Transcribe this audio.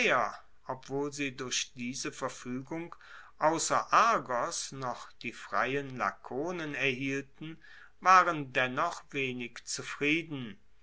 obwohl sie durch diese verfuegung ausser argos noch die freien lakonen erhielten waren dennoch wenig zufrieden